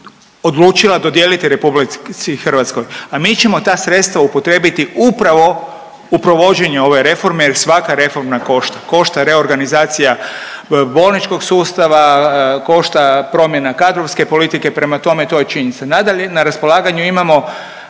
odlučila dodijeliti RH, a mi ćemo ta sredstva upotrijebiti upravo u provođenje ove reforme jer svaka reforma košta. Košta reorganizacija bolničkog sustava, košta promjena kadrovske politike, prema tome to je činjenica. Nadalje, na raspolaganju imamo